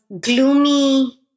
gloomy